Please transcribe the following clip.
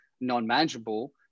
non-manageable